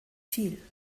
ziel